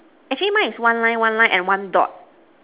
actually mine is one line one line and one dot